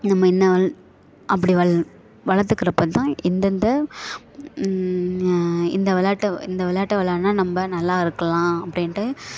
நம்ம இன்னும் வள் அப்படி வள் வளர்த்துக்குறப்ப தான் இந்தந்த இந்த விளயாட்ட இந்த விளயாட்ட விளாட்னா நம்ம நல்லா இருக்கலாம் அப்படின்ட்டு